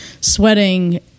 sweating